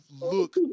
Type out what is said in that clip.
look